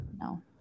No